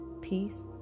peace